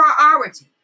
priority